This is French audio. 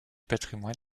patrimoine